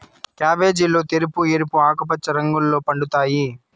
క్యాబేజీలు తెలుపు, ఎరుపు, ఆకుపచ్చ రంగుల్లో పండుతాయి